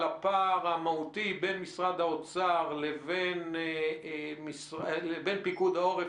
הפער המהותי בין משרד האוצר לבין פיקוד העורף,